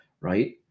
right